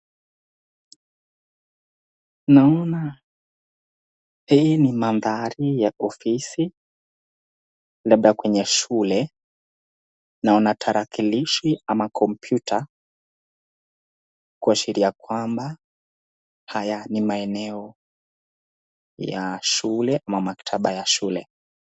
Naona hii ni mahadhari ya ofisi labda kwenye shule. Naona tarakilishi ama kompyuta kuaashiria kwamba haya ni maeneo ya shule ama maktaba ya shule.